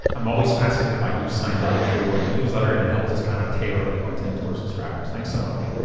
i'm always fascinated by who signs up for the newsletter. and it helps us kind of tailor the content to our subscribers, thanks so much.